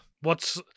What's-